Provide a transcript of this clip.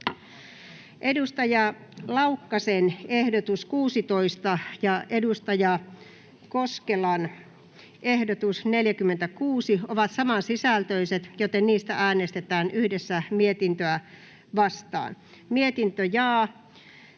Laukkasen ehdotus 16 ja Jari Koskelan ehdotus 46 ovat samansisältöiset, joten niistä äänestetään yhdessä mietintöä vastaan. Timo